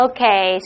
Okay